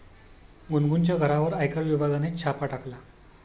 गुनगुनच्या घरावर आयकर विभागाने छापा टाकला